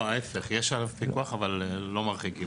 לא, להפך יש עליו פיקוח אבל לא מרחיקים.